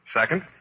Second